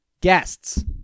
Guests